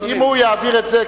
אם הוא יעביר את זה,